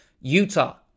Utah